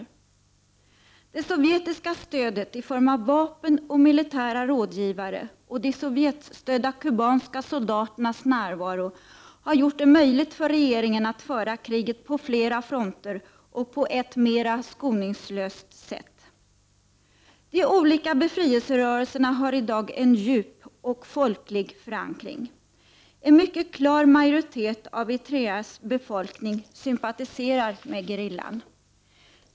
Det sovjetiska stödet i form av vapen och militära rådgivare, och de sovjetstödda kubanska soldaternas närvaro, har gjort det möjligt för regeringen att föra kriget på flera fronter och på ett mera skoningslöst sätt. De olika befrielserörelserna har i dag en djup och folklig förankring. En mycket klar majoritet av Eritreas befolkning sympatiserar med gerillan.